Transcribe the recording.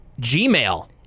Gmail